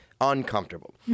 Uncomfortable